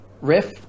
riff